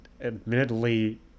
admittedly